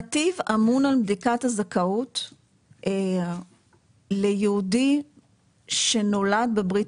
נתיב אמון על בדיקת הזכאות ליהודי שנולד בברית